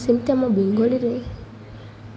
ସେମିତି ଆମ ବେଙ୍ଗଲୀରେ